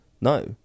No